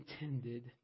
intended